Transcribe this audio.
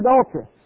adulteress